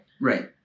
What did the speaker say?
Right